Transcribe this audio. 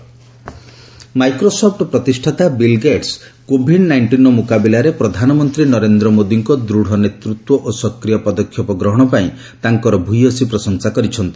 ବିଲ୍ଗ୍ରେଟ୍ସ ପ୍ରଧାନମନ୍ତ୍ରୀ ମାଇକ୍ରୋସପ୍ଟ ପ୍ରତିଷ୍ଠାତା Bill Gates covid ନାଇଷ୍ଟିନ୍ର ମୁକାବିଲାରେ ପ୍ରଧାନମନ୍ତ୍ରୀ ନରେନ୍ଦ୍ର ମୋଦିଙ୍କ ଦୃଢ଼ ନେତୃତ୍ୱ ଓ ସକ୍ରିୟ ପଦକ୍ଷେପ ଗ୍ରହଣ ପାଇଁ ତାଙ୍କର ଭୂୟସୀ ପ୍ରଶଂସା କରିଛନ୍ତି